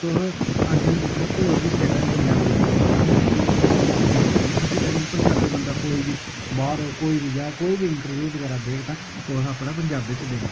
तुस अग्गे दिक्खो होर बी स्टेटां पंजाबी दिक्खो ओह् कियां दूर किन्नी अग्गै पुज्जी उंदी बजह कन्नै पजांबी बंदा कोई बी बाहर होग कोई बी जाह्ग कोई बी इंटरब्यू बगैरा देग ता उस अपने पंजाबी च देना